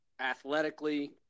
athletically